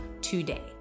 today